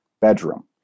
bedroom